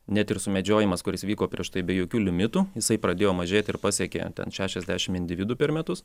net ir sumedžiojimas kuris vyko prieš tai be jokių limitų jisai pradėjo mažėti ir pasiekė šešiasdešimt individų per metus